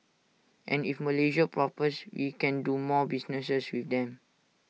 and if Malaysia prospers we can do more businesses with them